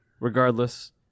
regardless